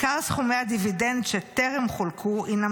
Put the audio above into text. עיקר סכומי הדיבידנד שטרם חולקו הינם